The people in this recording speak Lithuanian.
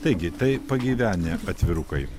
taigi tai pagyvenę atvirukai